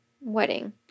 wedding